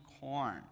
corn